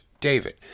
David